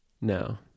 No